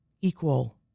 equal